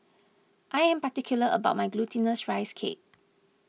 I am particular about my Glutinous Rice Cake